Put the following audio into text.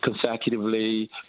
consecutively